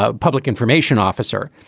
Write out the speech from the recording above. ah public information officer.